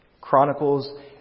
Chronicles